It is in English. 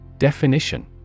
Definition